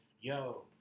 Yo